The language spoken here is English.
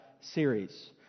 series